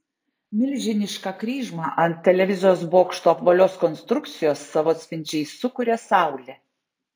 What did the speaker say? milžinišką kryžmą ant televizijos bokšto apvalios konstrukcijos savo atspindžiais sukuria saulė